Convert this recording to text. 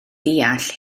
deall